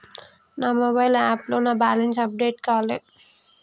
నా మొబైల్ యాప్లో నా బ్యాలెన్స్ అప్డేట్ కాలే